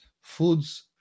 foods